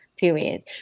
period